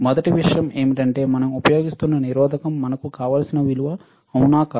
మొదటి విషయం ఏమిటంటే మనం ఉపయోగిస్తున్న నిరోధకo మనకు కావలసిన విలువ అవునా కాదా